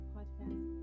Podcast